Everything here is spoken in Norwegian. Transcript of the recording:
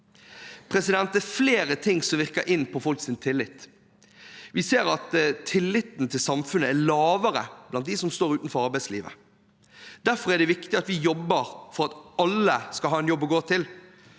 til folk. Det er flere ting som virker inn på folks tillit. Vi ser at tilliten til samfunnet er lavere blant dem som står utenfor arbeidslivet. Derfor er det viktig at vi jobber for at alle skal ha en jobb å gå til.